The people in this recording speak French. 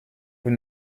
vous